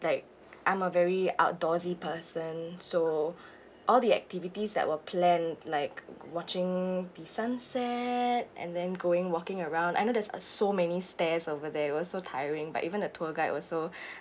like I'm a very outdoorsy person so all the activities that were planned like watching the sunset and then going walking around I know there're uh so many stairs over there it was so tiring but even the tour guide also